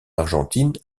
argentine